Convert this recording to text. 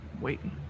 waiting